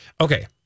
Okay